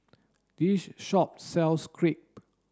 this shop sells Crepe